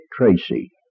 Tracy